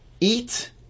eat